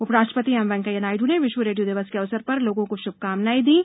उपराष्ट्रपति M Venkaiah Naidu ने विश्व रेप्रियो दिवस के अवसर पर लोगों को श्भकामनाएं दी हैं